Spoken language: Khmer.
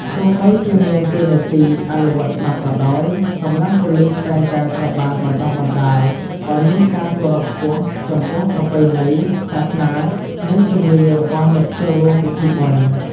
ទោះបីជាមានតួនាទីអនុវត្តច្បាប់ក៏ដោយ កម្លាំងប៉ូលិសតែងតែត្រូវបានបណ្តុះបណ្តាលឱ្យមានការគោរពខ្ពស់ចំពោះប្រពៃណី សាសនា និងជំនឿរបស់អ្នកចូលរួមពិធីបុណ្យ។